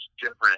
different